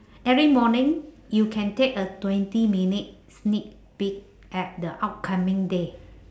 every morning you can take a twenty minute sneak peek at the upcoming day